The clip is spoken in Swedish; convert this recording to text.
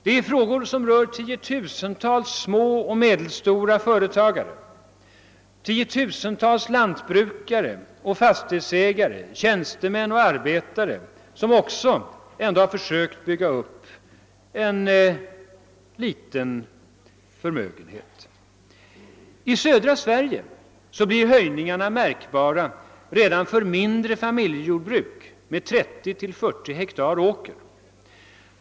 De berör tiotusentals små och medelstora företagare, tiotusentals lantbrukare och fastighetsägare, tjänstemän och arbetare som också har försökt att bygga upp en liten förmögenhet. I södra Sverige blir höjningarna märkbara redan för mindre familjejordbruk med 30—40 hektar åker.